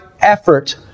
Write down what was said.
effort